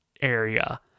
area